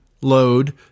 load